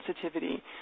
sensitivity